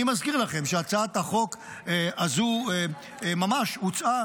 אני מזכיר לכם שהצעת החוק הזאת ממש הוצעה